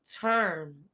term